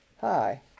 Hi